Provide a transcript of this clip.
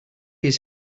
his